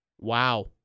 Wow